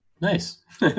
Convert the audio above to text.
Nice